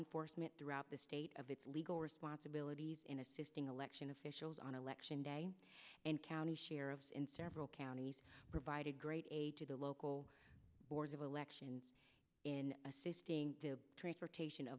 enforcement throughout the state of the legal responsibilities in assisting election officials on election day and county sheriffs in several counties provided great aid to the local boards of election in assisting transportation